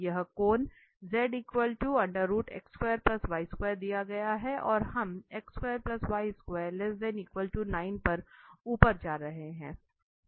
यहाँ कोन दिया गया है और हम पर ऊपर जा रहे हैं